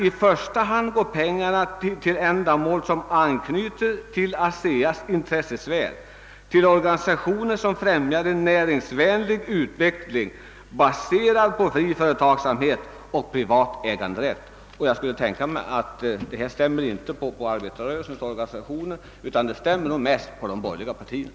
I första hand går pengarna till ändamål som anknyter till Aseas intressesfär, till organisationer som främjar en näringsvänlig utveckling, baserad på fri företagsamhet och privat äganderätt.» Jag kan tänka mig att detta stämmer mindre på arbetarrörelsens organisationer än på de borgerliga partierna.